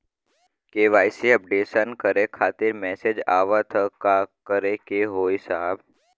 KYC updation करें खातिर message आवत ह का करे के होई साहब?